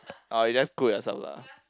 oh you just cook yourself lah